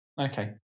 Okay